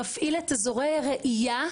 מפעיל את אזורי הראייה,